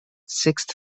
sixth